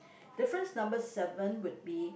difference number seven would be